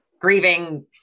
grieving